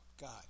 God